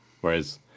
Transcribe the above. Whereas